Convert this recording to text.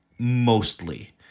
Mostly